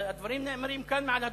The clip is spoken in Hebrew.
הדברים נאמרים כאן מעל הדוכן.